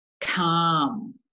calm